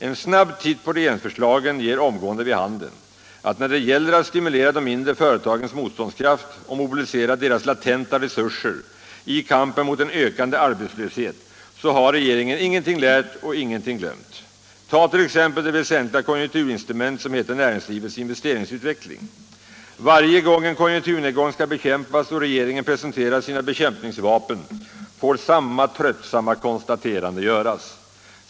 En snabb titt på regeringsförslagen ger omgående vid handen att när det gäller att stimulera de mindre företagens motståndskraft och mobilisera deras latenta resurser i kampen mot en ökande arbetslöshet har regeringen ingenting lärt och ingenting glömt. Ta t.ex. det väsentliga konjunkturinstrument som heter näringslivets investeringsutveckling. Varje gång en konjunkturnedgång skall bekämpas och regeringen presenterar sina bekämpningsvapen får samma tröttsamma konstaterande göras.